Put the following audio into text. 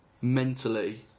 mentally